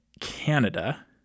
Canada